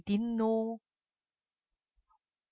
didn't know